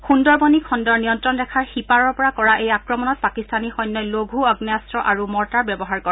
সুন্দৰবনি খণ্ডৰ নিয়ন্ত্ৰণ ৰেখাৰ সিপাৰৰ পৰা কৰা এই আক্ৰমণত পাকিস্তানী সৈন্যই লঘু আগ্নেয়াস্ত্ৰ আৰু মৰ্টাৰ ব্যৱহাৰ কৰে